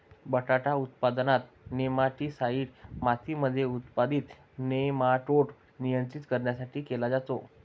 बटाटा उत्पादनात, नेमाटीसाईड मातीमध्ये उत्पादित नेमाटोड नियंत्रित करण्यासाठी केले जाते